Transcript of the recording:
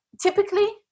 typically